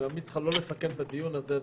אני ממליץ לך לא לסכם את הדיון הזה,